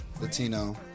Latino